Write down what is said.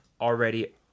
already